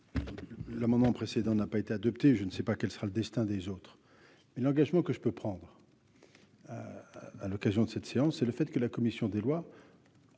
l'amendement précédent n'a pas été adopté, je ne sais pas quel sera le destin des autres et l'engagement que je peux prendre dans l'occasion de cette séance et le fait que la commission des lois